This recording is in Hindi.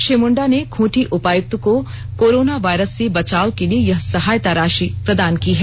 श्री मुंडा ने खूटी उपायुक्त को कोरोना वायरस से बचाव के लिए यह सहायता राषि प्रदान की है